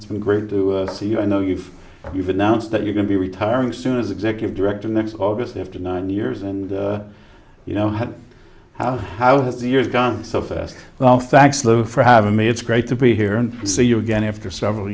it's been great to see you i know you've you've announced that you're going to be retiring soon as executive director next august after nine years and you know how how how has the years gone so fast well thanks lou for having me it's great to be here and see you again after several